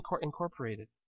Incorporated